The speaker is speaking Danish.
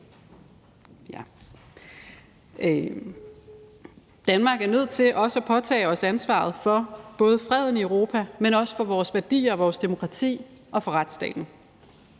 Danmark er vi nødt til også at påtage os ansvaret for både freden i Europa, men også for vores værdier og demokrati og for retsstaten.